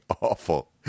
awful